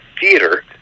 Theater